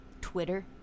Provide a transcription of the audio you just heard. Twitter